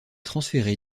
transférée